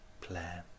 plan